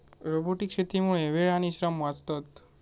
robotic शेतीमुळा वेळ आणि श्रम वाचतत